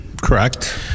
Correct